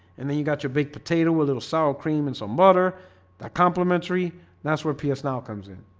and then you've got your big potato a little sour cream and some butter that complimentary that's where ps now comes in.